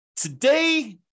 Today